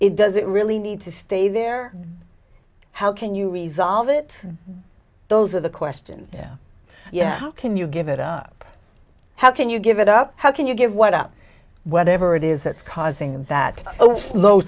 it doesn't really need to stay there how can you resolve it those are the questions how can you give it up how can you give it up how can you give what up whatever it is that's causing that